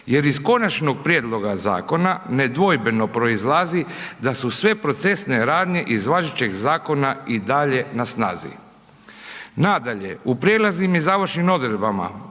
Jer iz konačnog prijedloga zakona, nedvojbeno proizlazi da su sve procesne radnje, iz važećeg zakona i dalje na snazi. Nadalje, u prijelaznim i završnim odredbama,